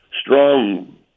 strong